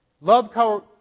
Love